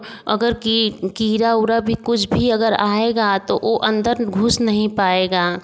अगर की कीड़ा उड़ा भी कुछ भी अगर आएगा तो ओ अंदर घुस नहीं पाएगा